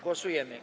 Głosujemy.